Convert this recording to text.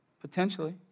Potentially